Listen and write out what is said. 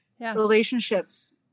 relationships